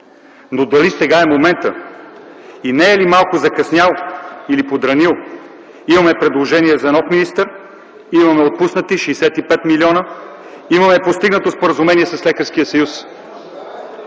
Дали сега е моментът? Не е ли малко закъснял или подранил? Имаме предложение за нов министър, имаме отпуснати 65 милиона, имаме постигнато споразумение с Лекарския съюз.